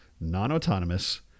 non-autonomous